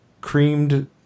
creamed